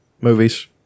movies